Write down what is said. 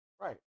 Right